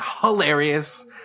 hilarious